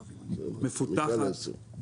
מפותחת,